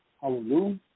Hallelujah